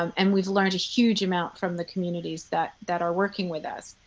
um and we've learned a huge amount from the communities that that are working with us.